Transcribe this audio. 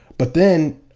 but then,